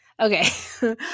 Okay